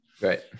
Right